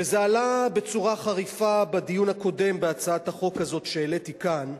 וזה עלה בצורה חריפה בדיון הקודם בהצעת החוק הזאת שהעליתי כאן,